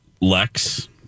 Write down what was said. Lex